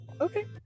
Okay